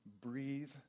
breathe